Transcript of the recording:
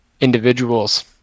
individuals